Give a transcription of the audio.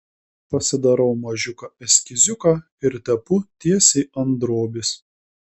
pasidarau mažiuką eskiziuką ir tepu tiesiai ant drobės